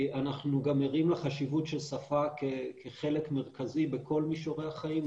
אנחנו גם ערים לחשיבות של שפה כחלק מרכזי בכל מישורי החיים,